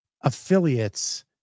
affiliates